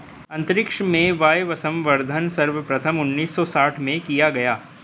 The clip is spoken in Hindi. अंतरिक्ष में वायवसंवर्धन सर्वप्रथम उन्नीस सौ साठ में किया गया